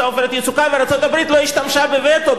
"עופרת יצוקה" וארצות-הברית לא השתמשה בווטו.